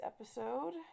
episode